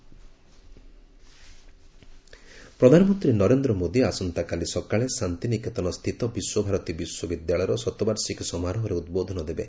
PM Visva Bharati ପ୍ରଧାନମନ୍ତ୍ରୀ ନରେନ୍ଦ୍ର ମୋଦୀ ଆସନ୍ତାକାଲି ସକାଳେ ଶାନ୍ତିନିକେତନ ସ୍ଥିତ ବିଶ୍ୱଭାରତୀ ବିଶ୍ୱବିଦ୍ୟାଳୟର ଶତବାର୍ଷିକୀ ସମାରୋହରେ ଉଦ୍ବୋଧନ ଦେବେ